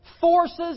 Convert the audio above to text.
forces